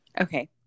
Okay